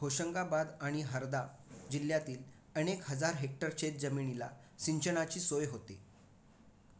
या धरणामुळे होशंगाबाद आणि हरदा जिल्ह्यातील अनेक हजार हेक्टर शेतजमिनीला सिंचनाची सोय होते